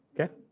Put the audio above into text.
Okay